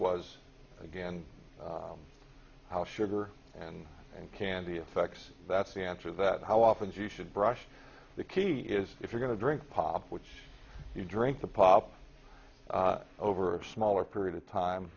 was again how sugar and and candy effects that's the answer that how often you should brush the key is if you're going to drink pop which you drink the pop over a smaller period of time